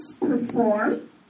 perform